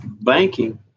banking